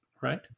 right